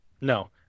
No